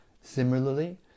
Similarly